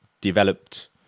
developed